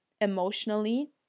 emotionally